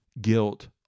guilt